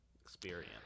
experience